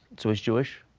so he's jewish?